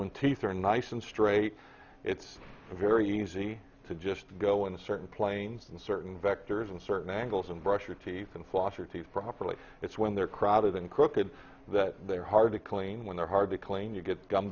teeth are nice and straight it's very easy to just go in a certain planes and certain vectors and certain angles and brush your teeth and floss your teeth properly it's when they're crowded in crooked that they're hard to clean when they're hard to clean you get gum